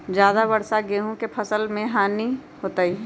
ज्यादा वर्षा गेंहू के फसल मे हानियों होतेई?